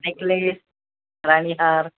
necklace राणीहार